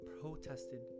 protested